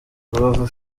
rubavu